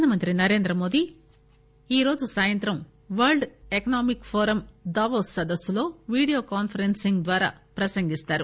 ప్రధానమంత్రి నరేంద్రమోదీ ఈరోజు సాయంత్రం వరల్డ్ ఎకనమిక్ ఫోరం దావోస్ సదస్సులో వీడియో కాన్సరెన్నింగ్ ద్వారా ప్రసంగిస్తారు